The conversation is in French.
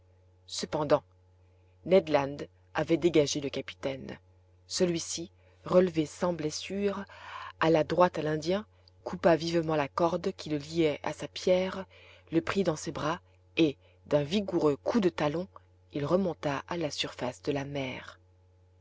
cependant ned land avait dégagé le capitaine celui-ci relevé sans blessures alla droit à l'indien coupa vivement la corde qui le liait à sa pierre le prit dans ses bras et d'un vigoureux coup de talon il remonta à la surface de la mer